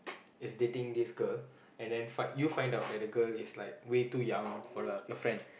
is dating this girl and then find you find out that the girl is like way too young for the your friend